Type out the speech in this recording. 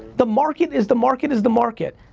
the market is the market is the market.